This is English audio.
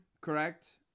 correct